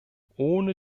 ohne